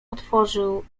otworzył